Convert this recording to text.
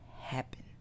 happen